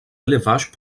élevages